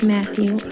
Matthew